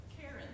Karen